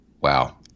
wow